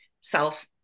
self